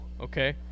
Okay